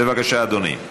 בבקשה, אדוני.